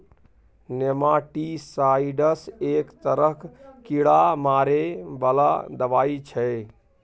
nematicides एक तरहक कीड़ा मारै बला दबाई छै